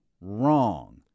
wrong